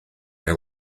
neu